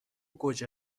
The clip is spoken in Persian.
گوجه